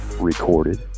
recorded